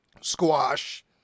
squash